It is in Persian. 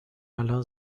الان